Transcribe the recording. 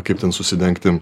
kaip ten susidengti